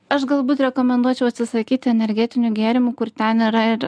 aš galbūt rekomenduočiau atsisakyti energetinių gėrimų kur ten yra ir